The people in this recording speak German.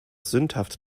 sündhaft